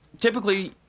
typically